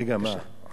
רגע, מה?